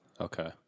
okay